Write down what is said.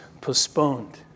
postponed